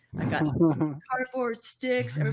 i got cardboard sticks.